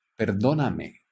Perdóname